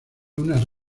unas